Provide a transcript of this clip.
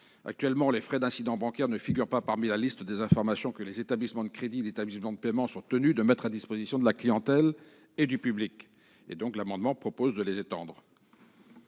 Actuellement, les frais d'incidents bancaires ne figurent pas dans la liste des informations que les établissements de crédit ou de paiement sont tenus de mettre à disposition de leur clientèle et du public. Nous proposons de les y inclure.